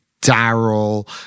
Daryl